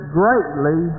greatly